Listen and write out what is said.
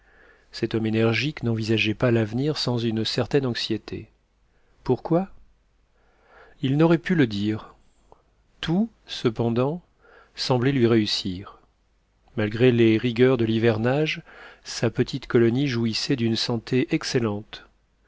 cet homme énergique n'envisageait pas l'avenir sans une certaine anxiété pourquoi il n'aurait pu le dire tout cependant semblait lui réussir malgré les rigueurs de l'hivernage sa petite colonie jouissait d'une santé excellente